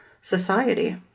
society